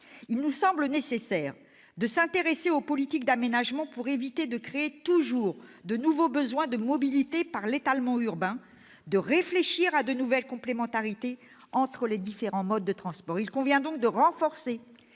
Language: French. Il nous semble nécessaire de s'intéresser aux politiques d'aménagement pour éviter de créer toujours de nouveaux besoins de mobilité par l'étalement urbain et de réfléchir à de nouvelles complémentarités entre les différents modes de transport. Il convient de renforcer